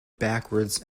backwards